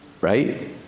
Right